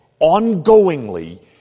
ongoingly